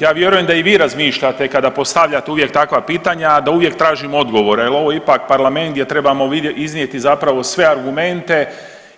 Ja vjerujem da i vi razmišljate, kada postavljate uvijek takva pitanja, da uvijek tražimo odgovore jer ovo je ipak parlament gdje trebamo iznijeti zapravo sve argumente